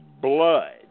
blood